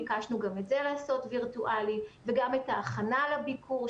ביקשנו גם את זה לעשות וירטואלי וגם את ההכנה לביקור,